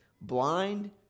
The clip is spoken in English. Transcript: blind